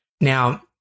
Now